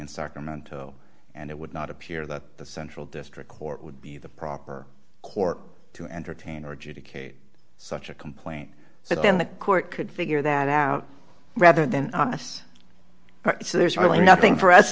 in sacramento and it would not appear that the central district court would be the proper court to entertain or to to kate such a complaint so then the court could figure that out rather than us so there's really nothing for us